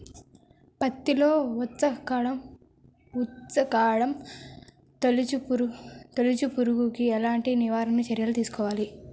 పత్తిలో వచ్చుకాండం తొలుచు పురుగుకి ఎలాంటి నివారణ చర్యలు తీసుకోవాలి?